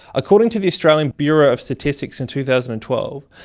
according to the australian bureau of statistics in two thousand and twelve,